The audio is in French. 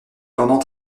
pendant